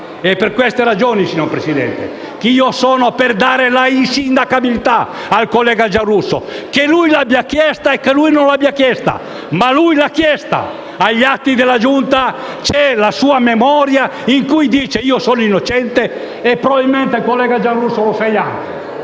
Per queste ragioni, signor Presidente, io sono per dare l'insindacabilità al collega Giarrusso, sia che lui l'abbia chiesta sia che non l'abbia chiesta, ma lui l'ha chiesta, perché agli atti della Giunta c'è la sua memoria in cui dice: io sono innocente. E probabilmente il collega Giarrusso lo è anche.